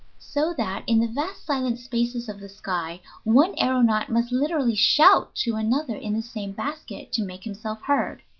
so that in the vast silent spaces of the sky one aeronaut must literally shout to another in the same basket to make himself heard.